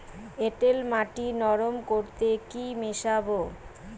এঁটেল মাটি নরম করতে কি মিশাব?